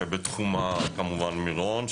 שבתחומה כמובן מירון,